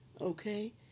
okay